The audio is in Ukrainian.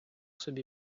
собі